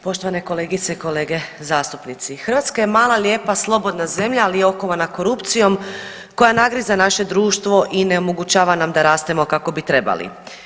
Poštovane kolegice i kolege zastupnici, Hrvatska je mala, lijepa slobodna zemlja ali je okovana korupcijom koja nagriza naše društvo i ne omogućava nam da rastemo kako bi trebali.